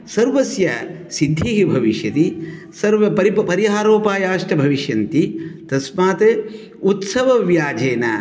सर्वस्य सिद्धिः भविष्यति सर्व परिहारोपायाश्च भविष्यन्ति तस्मात् उत्सवव्याजेन